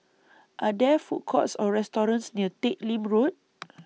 Are There Food Courts Or restaurants near Teck Lim Road